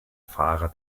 fahrer